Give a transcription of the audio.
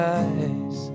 eyes